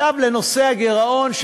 עכשיו לנושא הגירעון,